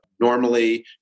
Normally